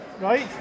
Right